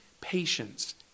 patience